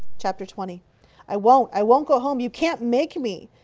chapter twenty i won't! i won't go home! you can't make me!